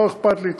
לא אכפת לי,